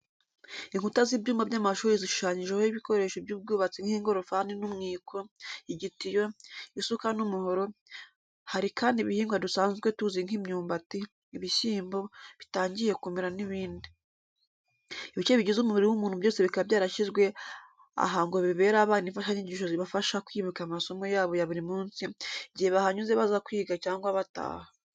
Inkuta z'ibyumba by'amashuri zishushanyijeho ibikoresho by'ubwubatsi nk'ingorofani n'umwiko, igitiyo, isuka n'umuhoro, hari kandi ibihingwa dusanzwe tuzi nk'imyumbati, ibishyimbo bitangiye kumera n'ibindi. Ibice bigize umubiri w'umuntu byose bikaba byarashyizwe aha ngo bibere abana imfashanyigisho ibafasha kwibuka amasomo yabo ya buri munsi igihe bahanyuze baza kwiga cyangwa bataha.